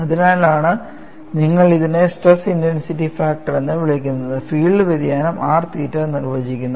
അതിനാലാണ് നിങ്ങൾ ഇതിനെ സ്ട്രെസ് ഇന്റൻസിറ്റി ഫാക്ടർ എന്ന് വിളിക്കുന്നത് ഫീൽഡ് വ്യതിയാനം r 𝚹 നിർവചിക്കുന്നു